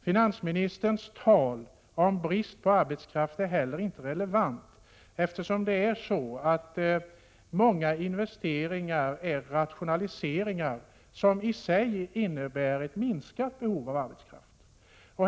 Finansministerns tal om brist på arbetskraft är heller inte relevant, eftersom många investeringar är rationaliseringar som i sig innebär ett minskat behov av arbetskraft.